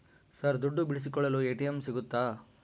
Sir ದುಡ್ಡು ಬಿಡಿಸಿಕೊಳ್ಳಲು ATM ಸಿಗುತ್ತಾ?